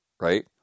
right